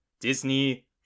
disney